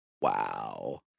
Wow